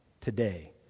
today